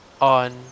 on